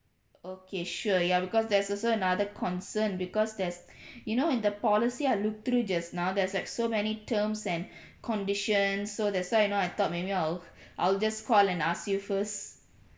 okay sure ya because there's also another concern because there's you know in the policy I looked through just now there's like so many terms and conditions so that's why you know I thought maybe I'll I'll just call and ask you first